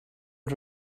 not